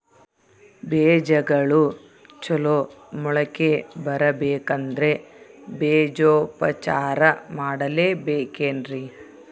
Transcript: ಬೇಜಗಳು ಚಲೋ ಮೊಳಕೆ ಬರಬೇಕಂದ್ರೆ ಬೇಜೋಪಚಾರ ಮಾಡಲೆಬೇಕೆನ್ರಿ?